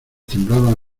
temblaban